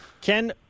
Ken